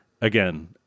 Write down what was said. again